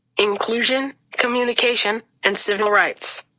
inclusion, communication and civil rights.